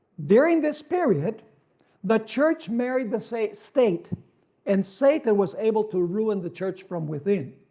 during this period the church married the state state and satan was able to ruin the church from within.